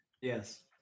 Yes